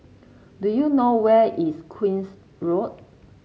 do you know where is Queen's Road